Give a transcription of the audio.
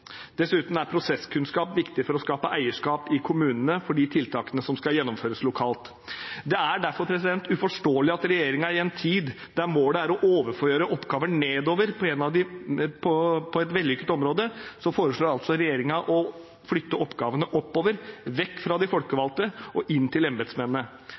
Dessuten er prosesskunnskap viktig for å skape eierskap i kommunene for de tiltakene som skal gjennomføres lokalt. Det er derfor uforståelig at regjeringen i en tid der målet er å overføre oppgaver nedover på et vellykket område, altså foreslår å flytte oppgavene oppover – vekk fra de folkevalgte og inn til embetsmennene.